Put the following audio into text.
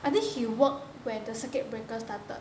I think he work when the circuit breaker started